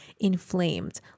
Inflamed